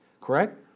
Correct